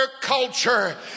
culture